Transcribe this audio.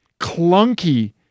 clunky